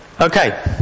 Okay